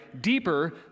deeper